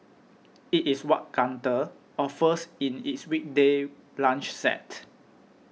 it is what Gunther offers in its weekday lunch set